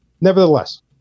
Nevertheless